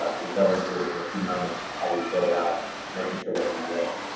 ah we'll go into it in a few moments how you go about making sure that you get it.